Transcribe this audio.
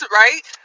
right